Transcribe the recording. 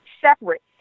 separate